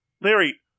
Larry